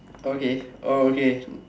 okay oh okay